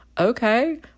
okay